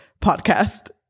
podcast